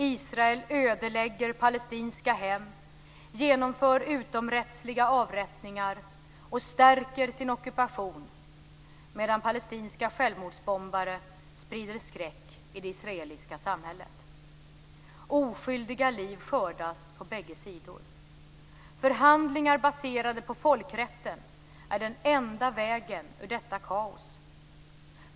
Israel ödelägger palestinska hem, genomför utomrättsliga avrättningar och stärker sin ockupation medan palestinska självmordsbombare sprider skräck i det israeliska samhället. Oskyldiga liv skördas på bägge sidor. Förhandlingar baserade på folkrätten är den enda vägen ut ur detta kaos.